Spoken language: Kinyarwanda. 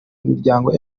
miryango